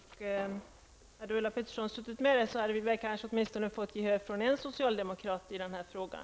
Hade Ulla Pettersson suttit med där hade vi kanske fått gehör från åtminstone en socialdemokrat i den här frågan.